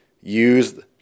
use